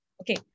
Okay